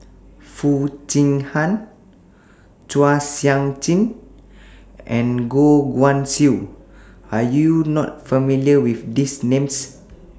Foo Chee Han Chua Sian Chin and Goh Guan Siew Are YOU not familiar with These Names